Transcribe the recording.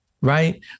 Right